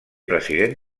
president